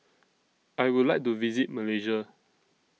I Would like to visit Malaysia